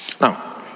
Now